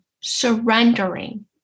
surrendering